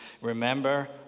remember